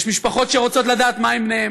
יש משפחות שרוצות לדעת מה עם בניהן,